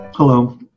Hello